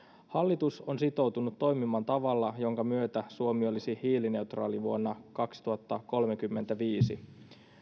hallitus on sitoutunut toimimaan tavalla jonka myötä suomi olisi hiilineutraali vuonna kaksituhattakolmekymmentäviisi